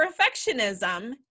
Perfectionism